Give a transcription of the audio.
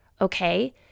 okay